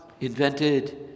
invented